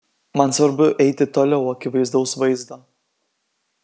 man svarbu eiti toliau akivaizdaus vaizdo